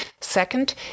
Second